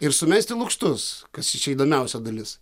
ir sumesti lukštus kas čia įdomiausia dalis